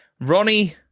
ronnie